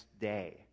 day